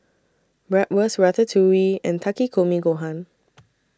Bratwurst Ratatouille and Takikomi Gohan